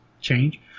change